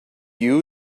you